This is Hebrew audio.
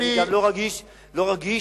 וגם לא מאותם צבועים,